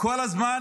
כל הזמן